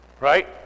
Right